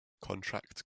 contract